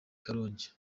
karongi